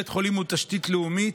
בית חולים הוא תשתית לאומית,